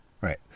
Right